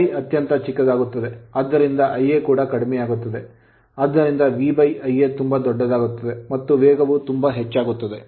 ∅ ಅತ್ಯಂತ ಚಿಕ್ಕದಾಗುತ್ತದೆ ಆದ್ದರಿಂದ Ia ಕೂಡ ಕಡಿಮೆಯಾಗುತ್ತದೆ ಆದ್ದರಿಂದ VIa ತುಂಬಾ ದೊಡ್ಡದಾಗುತ್ತದೆ ಮತ್ತು ವೇಗವು ತುಂಬಾ ಹೆಚ್ಚಾಗುತ್ತದೆ